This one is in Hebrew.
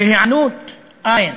והיענות אין.